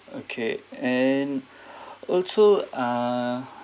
okay and also uh